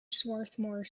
swarthmore